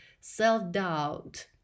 self-doubt